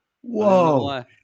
Whoa